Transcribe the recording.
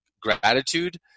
gratitude